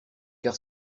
car